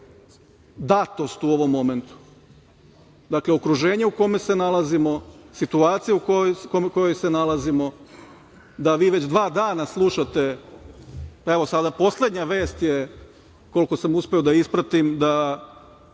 datost u ovom momentu, okruženje u kome se nalazimo, situacija u kojoj se nalazimo, da vi već dva dana slušate, pa evo sada poslednja vest je, koliko sam uspeo da ispratim, da